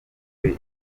ibyo